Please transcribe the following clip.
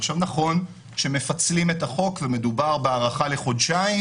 נכון שמפצלים את החוק ומדובר בהארכה לחודשיים